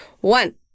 One